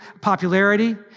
popularity